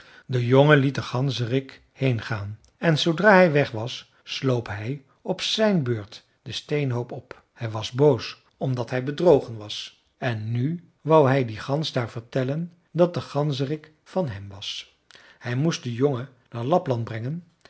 de jongen liet den ganzerik heengaan en zoodra hij weg was sloop hij op zijn beurt den steenhoop op hij was boos omdat hij bedrogen was en nu wou hij die gans daar vertellen dat de ganzerik van hem was hij moest den jongen naar lapland brengen